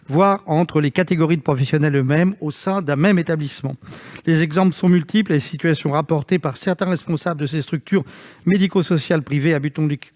voire entre les catégories de professionnels eux-mêmes au sein d'un établissement. Les exemples sont multiples et les situations rapportées par certains responsables de ces structures médico-sociales privées à but non